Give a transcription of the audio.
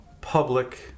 public